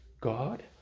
God